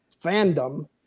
fandom